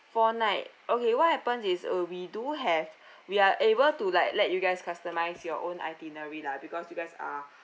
four night okay what happens is uh we do have we are able to like let you guys customise your own itinerary lah because you guys are